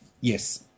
yes